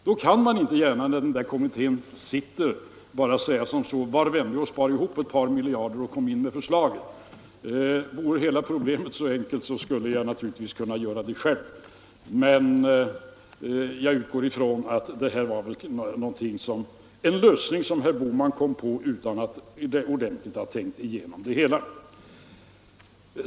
Då kan man inte gärna när denna kommitté arbetar bara säga: Var vänlig och spar ihop ett par miljarder och kom in med förslaget! Om hela problemet vore så enkelt skulle jag naturligtvis kunna klara uppgiften själv. Men jag utgår ifrån att detta var en lösning som herr Bohman kom på utan att ordentligt ha tänkt igenom det hela.